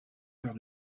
cœur